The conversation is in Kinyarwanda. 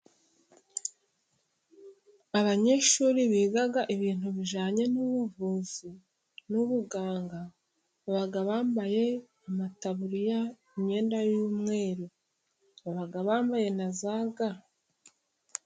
Abanyeshuri biga ibintu bijyanye nubuvuzi n'ubuganga, baba bambaye amataburiya imyenda y'umweru, baba bambaye na za ga.